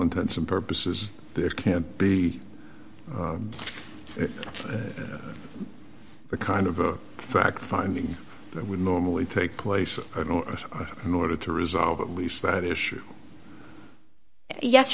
intents and purposes there can't be the kind of fact finding that would normally take place in order to resolve at least that issue yes